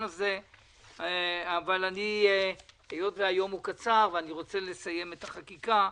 הזה אבל היום הוא קצר ואני רוצה לסיים את החקיקה.